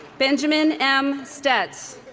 benjamin m. stetts